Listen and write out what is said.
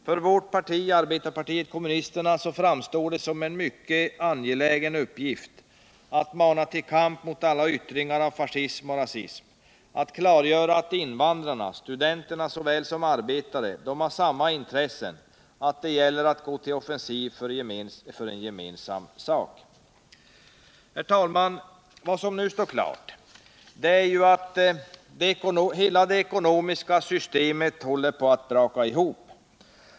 För vårt parti, arbetarpartiet kommunisterna, framstår det såsom en mycket angelägen uppgift att mana till kamp mot alla yttringar av fascism och rasism, att klargöra att invandrarna, såväl studenter som arbetare, har samma intressen och att det gäller att gå till offensiv för en gemensam sak. Herr talman! Vad som nu står klart är att hela det ekonomiska systemet håller på att braka ihop.